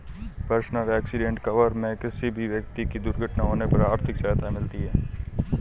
personal accident cover में किसी भी व्यक्ति की दुर्घटना होने पर आर्थिक सहायता मिलती है